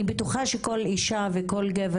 אני בטוחה שכל אישה וכל גבר